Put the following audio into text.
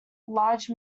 large